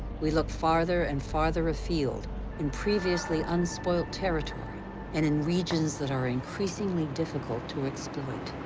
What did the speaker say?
we look farther and farther afield in previously unspoilt territory and in regions that are increasingly difficult to exploit.